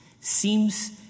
seems